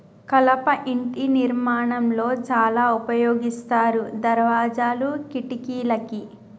కలప ఇంటి నిర్మాణం లో చాల ఉపయోగిస్తారు దర్వాజాలు, కిటికలకి